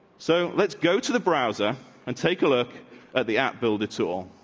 so let's go to the browser and take a look at the at builder tool.